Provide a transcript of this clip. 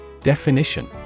Definition